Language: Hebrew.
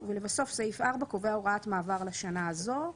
לבסוף, סעיף 4 קובע הוראת מעבר לשנה הזו.